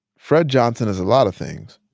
fred johnson is a lot of things,